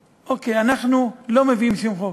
אוקיי, אנחנו לא מביאים שום חוק.